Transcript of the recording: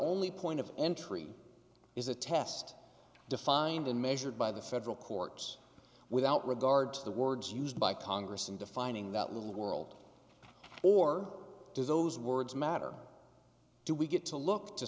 only point of entry is a test defined and measured by the federal courts without regard to the words used by congress in defining that little world or does those words matter do we get to look to